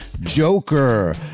Joker